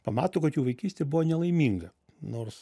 pamato kad jų vaikystė buvo nelaiminga nors